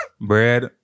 bread